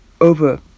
over